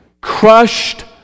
crushed